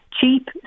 cheap